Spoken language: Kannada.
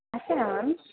ಅಷ್ಟೇನಾ ಮ್ಯಾಮ್